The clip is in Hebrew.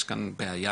יש כאן בעיה,